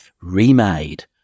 Remade